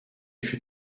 fut